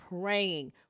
praying